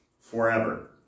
forever